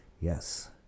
Yes